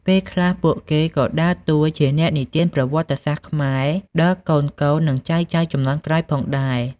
ពេលខ្លះ ពួកគេក៏ដើរតួជាអ្នកនិទានប្រវត្តិសាស្ត្រខ្មែរដល់កូនៗ និងចៅៗជំនាន់ក្រោយផងដែរ។